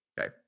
Okay